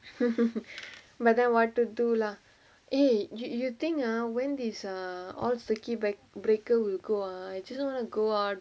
but then what to do lah eh you think ah when these err all the circuit breaker will go uh I just want to go out